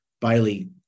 Bailey